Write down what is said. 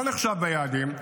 לא נחשב ביעדים.